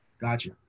Gotcha